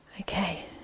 Okay